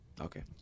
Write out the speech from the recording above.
Okay